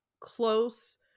close